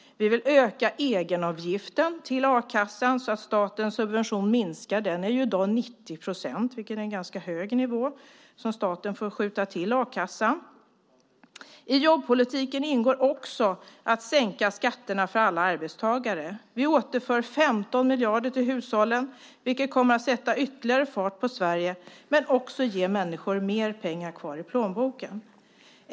Vi vill öka egenavgiften till a-kassan så att statens subvention minskar. Den är i dag 90 %, vilket är en ganska hög nivå, och det får staten skjuta till a-kassan. I jobbpolitiken ingår också att sänka skatterna för alla arbetstagare. Vi återför 15 miljarder till hushållen, vilket kommer att sätta ytterligare fart på Sverige men också ge människor mer pengar kvar i plånboken.